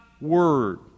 Word